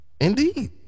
Indeed